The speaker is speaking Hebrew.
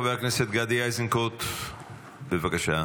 חבר הכנסת גדי איזנקוט, בבקשה.